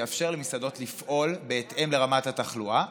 שיאפשר למסעדות לפעול בהתאם לרמת התחלואה,